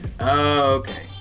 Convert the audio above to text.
Okay